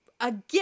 again